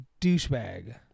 douchebag